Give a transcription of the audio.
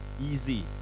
easy